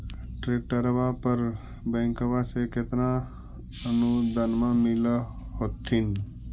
ट्रैक्टरबा पर बैंकबा से कितना अनुदन्मा मिल होत्थिन?